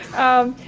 um,